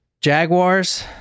Jaguars